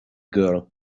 girl